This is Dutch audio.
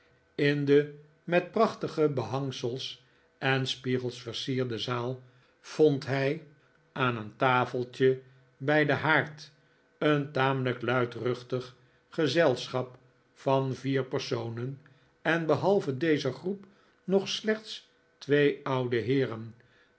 in de met prachtige behangsels en spiegels versierde zaal vond hij aan een taf eltje bij den haard een tamelijk luidruchtig gezelschap van vier personen en behalve deze groep nog slechts twee oude heeren